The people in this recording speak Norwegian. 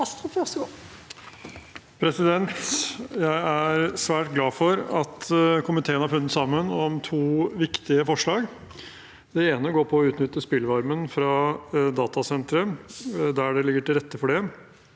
Jeg er svært glad for at komiteen har funnet sammen om to viktige forslag. Det ene går på å utnytte spillvarmen fra datasentre der det ligger til rette for det.